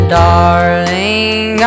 darling